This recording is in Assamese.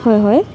হয় হয়